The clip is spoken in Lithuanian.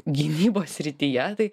gynybos srityje tai